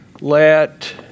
let